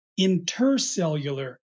intercellular